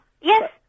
Yes